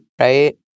right